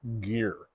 gear